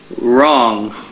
wrong